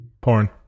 Porn